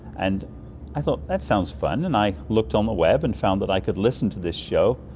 and i thought that sounds fun, and i looked on the web and found that i could listen to this show,